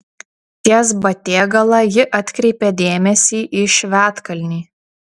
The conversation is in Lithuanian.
ties batėgala ji atkreipė dėmesį į švedkalnį